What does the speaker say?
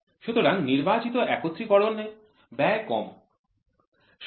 সুতরাং নির্বাচিত একত্রিতকরণ এ ব্যয় কমায়